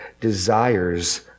desires